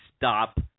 stop